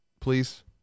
please